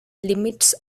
limits